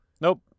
Nope